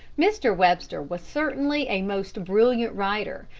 mr. webster was certainly a most brilliant writer,